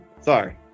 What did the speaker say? Sorry